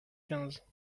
quinze